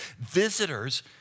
visitors